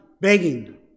begging